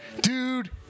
dude